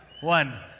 One